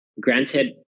Granted